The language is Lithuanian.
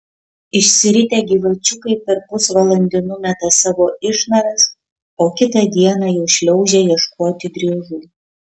išsiritę gyvačiukai per pusvalandį numeta savo išnaras o kitą dieną jau šliaužia ieškoti driežų